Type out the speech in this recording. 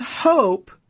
hope